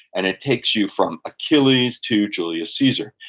and it takes you from achilles to julius caesar.